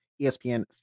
ESPN